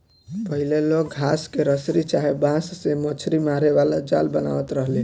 पहिले लोग घास के रसरी चाहे बांस से मछरी मारे वाला जाल बनावत रहले